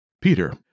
Peter